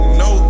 no